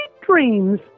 dreams